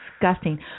disgusting